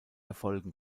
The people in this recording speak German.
erfolgen